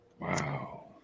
Wow